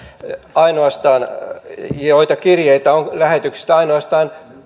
ainoastaan yleispalvelukirjeitä joita on lähetyksistä ainoastaan